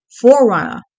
forerunner